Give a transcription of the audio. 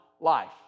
life